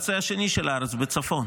בקצה השני של הארץ, בצפון.